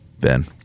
Ben